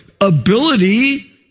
ability